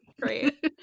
Great